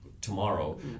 tomorrow